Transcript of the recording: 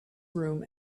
room